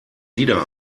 wieder